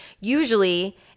usually